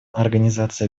организации